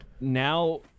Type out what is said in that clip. now